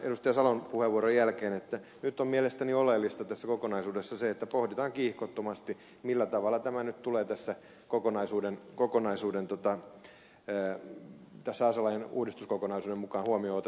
salon puheenvuoron jälkeen että nyt on mielestäni oleellista tässä kokonaisuudessa se että pohditaan kiihkottomasti millä tavalla tämä nyt tulee tässä aselain uudistuskokonaisuuden mukaan huomioon otettavaksi